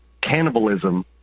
cannibalism